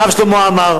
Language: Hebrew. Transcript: הרב שלמה עמאר,